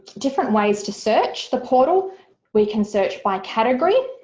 different ways to search the portal we can search by category,